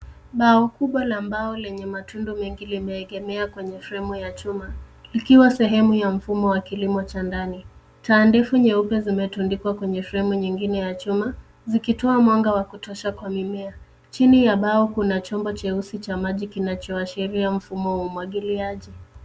Bao kubwa la mbao lenye matundu mengi limeegemea kwenye fremu ya chuma, likiwa sehemu ya mfumo wa kilimo cha ndani. Taandifu nyeupe zimetundikwa kwenye fremu nyingine ya chuma zikitoa mwanga wa kutosha kwa mimea. Chini ya bao kuna chombo cheusi cha maji kinachoashiria mfumo wa umwagiliaji.